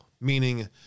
meaning